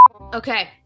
Okay